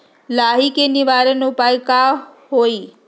लाही के निवारक उपाय का होई?